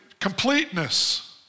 completeness